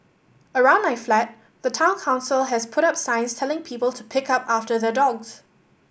around my flat the Town Council has put up signs telling people to pick up after their dogs